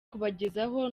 kubagezaho